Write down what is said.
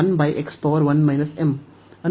ಅನ್ನು ಇಲ್ಲಿ ಆಯ್ಕೆ ಮಾಡಿದ್ದೇವೆ